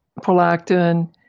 prolactin